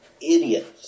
idiots